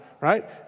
right